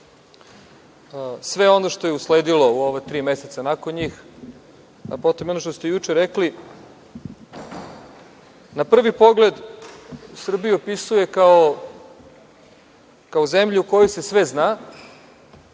sve ono što je usledilo u ova tri meseca nakon njih, a potom ono što ste juče rekli na prvi pogled Srbiju opisuje kao zemlju u kojoj se sve zna,